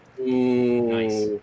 Nice